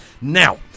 now